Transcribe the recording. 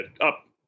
up